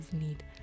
need